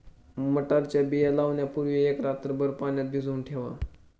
मटारच्या बिया लावण्यापूर्वी एक रात्रभर पाण्यात भिजवून ठेवा